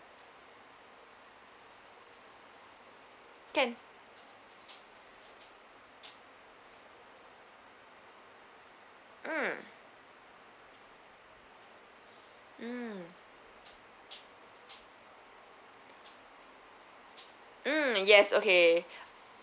can um um um yes okay